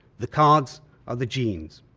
the cards are the genes.